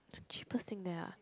it's the cheapest thing there ah